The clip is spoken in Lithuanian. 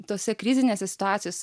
tose krizinėse situacijos